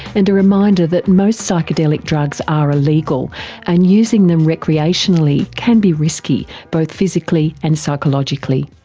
and a reminder that most psychedelic drugs are illegal and using them recreationally can be risky, both physically and psychologically.